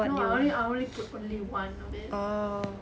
no I only I only put only one of it